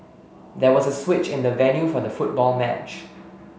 there was a switch in the venue for the football match